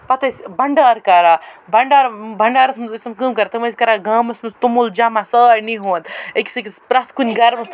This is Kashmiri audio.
پتہٕ ٲسۍ بَنڈار کران بَنٛڈار بَنٛڈارَس منٛز ٲسۍ تِم کٲم کران تِم ٲسۍ کران گامَس منٛز توٚمُل جما سارنٕے ہُنٛد أکِس أکِس پریٚتھ کُنہِ گر منٛز